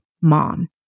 Mom